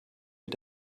mit